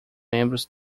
membros